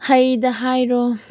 ꯍꯩꯗ ꯍꯥꯏꯔꯣ